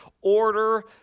order